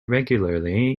regularly